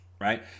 right